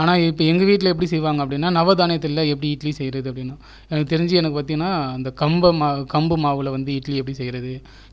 ஆனால் இப்போ எங்கள் வீட்டில் எப்படி செய்வாங்க அப்படின்னால் பார்த்தீங்கன்னா நவதானியத்தில் எப்படி இட்லி செய்கிறது எனக்கு தெரிஞ்சு பார்த்தீங்கன்னா கம்பு மாவில் வந்து இட்லி எப்படி செய்கிறது